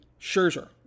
Scherzer